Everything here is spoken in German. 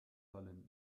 fallen